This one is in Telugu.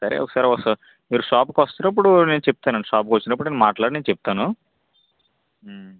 సరే ఒకసారి మీరు షాప్కు వస్తారు అప్పుడు నేను చెబుతాను షాప్కు వచ్చినప్పుడు నేను మాట్లాడి నేను చెబుతాను